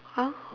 !huh!